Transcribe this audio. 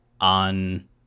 on